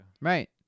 Right